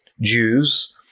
Jews